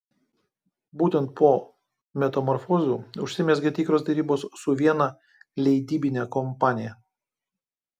būtent po metamorfozių užsimezgė tikros derybos su viena leidybine kompanija